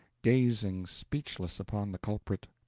gazing speechless upon the culprit,